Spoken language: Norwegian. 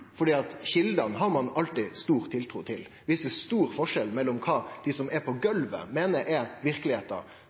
har ein alltid stor tiltru til, så om det er stor forskjell mellom kva dei som er på golvet, meiner er verkelegheita